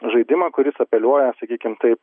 žaidimą kuris apeliuoja sakykim taip